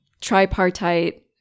tripartite